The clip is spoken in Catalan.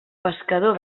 pescador